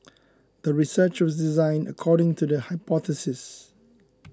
the research was designed according to the hypothesis